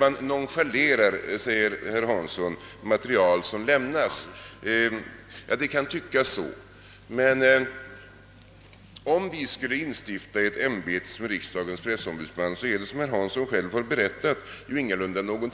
Man nonchalerar, säger herr Hansson i Skegrie, material som lämnas. Ja, det kan tyckas så. Men om vi skulle instifta ett ämbete som riksdagens pressombudsman vore det, som herr Hansson själv har berättat, ingalunda något nytt.